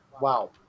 wow